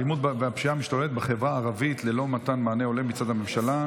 האלימות והפשיעה המשתוללות בחברה הערבית ללא מתן מענה הולם מצד הממשלה,